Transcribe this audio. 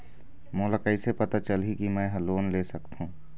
मोला कइसे पता चलही कि मैं ह लोन ले सकथों?